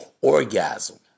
orgasm